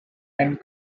and